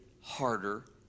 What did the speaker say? harder